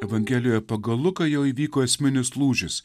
evangelijoje pagal luką jau įvyko esminis lūžis